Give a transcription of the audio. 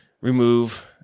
remove